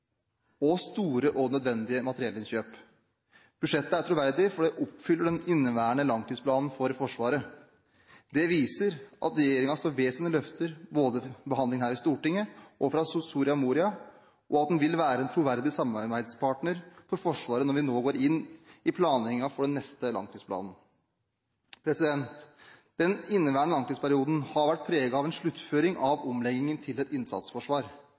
og store og nødvendige materiellinnkjøp. Budsjettet er troverdig fordi det oppfyller den inneværende langtidsplanen for Forsvaret. Det viser at regjeringen står ved sine løfter, både ved behandlingen her i Stortinget og fra Soria Moria-erklæringen, og at den vil være en troverdig samarbeidspartner for Forsvaret når vi nå går inn i planleggingen for den neste langtidsperioden. Den inneværende langtidsperioden har vært preget av en sluttføring av omleggingen til et innsatsforsvar.